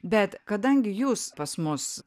bet kadangi jūs pas mus